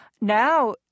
Now